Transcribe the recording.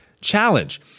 challenge